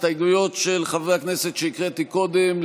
הסתייגויות של חברי הכנסת שהקראתי קודם,